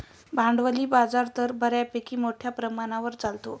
भांडवली बाजार तर बऱ्यापैकी मोठ्या प्रमाणावर चालतो